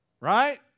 Right